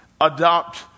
adopt